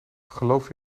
geloof